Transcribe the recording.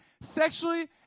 Sexually